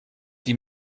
die